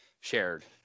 shared